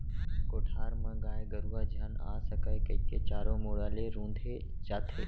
कोठार म गाय गरूवा झन आ सकय कइके चारों मुड़ा ले रूंथे जाथे